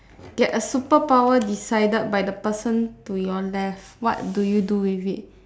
get a superpower decided by the person to your left what do you do with it